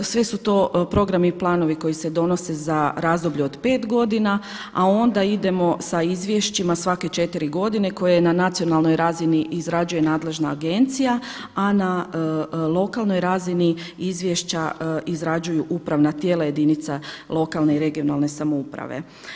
Sve su to programi i planovi koji se donose za razdoblje od pet godina, a onda idemo sa izvješćima svake 4 godine koje na nacionalnoj razini izrađuje nadležna agencija, a na lokalnoj razini izvješća izrađuju upravna tijela jedinica lokalne i regionalne samouprave.